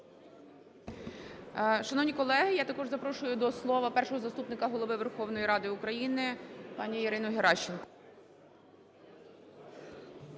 Шановні колеги, я також запрошую до слова Першого заступника Голови Верховної Ради України пані Ірину Геращенко.